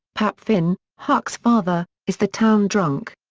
pap finn, huck's father, is the town drunk.